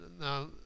Now